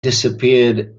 disappeared